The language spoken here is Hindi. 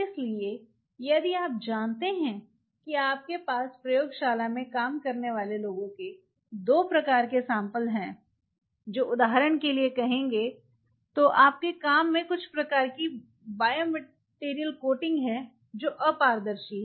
इसलिए यदि आप जानते हैं कि आपके पास प्रयोगशाला में काम करने वाले लोगों के 2 प्रकार के सैंपल हैं जो उदाहरण के लिए कहेंगे तो आपके काम में कुछ प्रकार की बायोमटेरियल कोटिंग है जो अपारदर्शी है